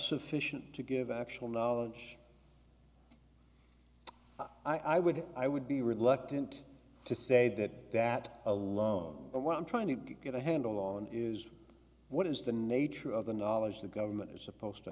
sufficient to give actual knowledge i would i would be reluctant to say that that alone but what i'm trying to get a handle on is what is the nature of the knowledge the government is supposed to